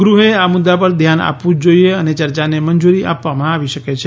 ગૃહે આ મુદ્દા પર ધ્યાન આપવું જ જોઇએ અને યર્યાને મંજૂરી આપવામાં આવી શકે છે